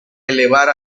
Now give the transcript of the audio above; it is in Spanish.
elevar